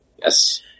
Yes